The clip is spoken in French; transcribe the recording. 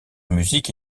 musique